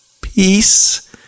peace